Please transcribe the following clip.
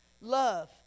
love